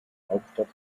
hauptstadt